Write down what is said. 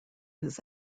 his